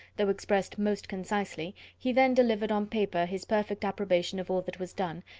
though expressed most concisely, he then delivered on paper his perfect approbation of all that was done,